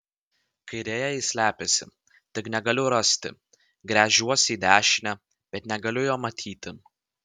kairėje jis slepiasi tik negaliu rasti gręžiuosi į dešinę bet negaliu jo matyti